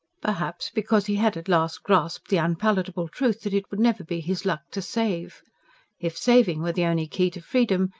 perhaps, because he had at last grasped the unpalatable truth that it would never be his luck to save if saving were the only key to freedom,